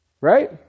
Right